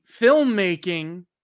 filmmaking